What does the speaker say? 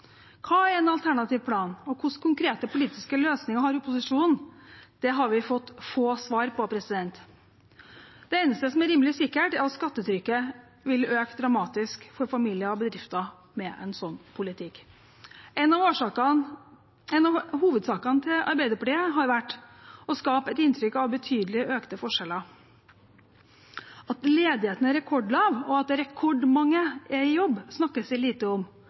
Hva er en alternativ plan, og hvilke konkrete politiske løsninger har opposisjonen? Det har vi fått få svar på. Det eneste som er rimelig sikkert, er at skattetrykket vil øke dramatisk for familier og bedrifter med en slik politikk. En av hovedsakene til Arbeiderpartiet har vært å skape et inntrykk av betydelig økte forskjeller. At ledigheten er rekordlav og at rekordmange er i jobb, snakkes det lite om.